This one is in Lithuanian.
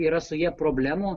yra su ja problemų